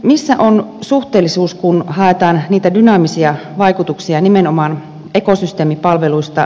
missä on suhteellisuus kun haetaan niitä dynaamisia vaikutuksia nimenomaan ekosysteemipalveluista